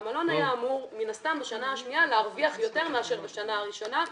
המלון היה אמור בשנה השנייה להרוויח יותר מאשר בשנה הראשונה.